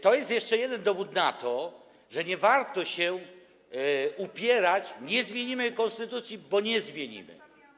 To jest jeszcze jeden dowód na to, że nie warto się upierać: nie zmienimy konstytucji, bo nie zmienimy.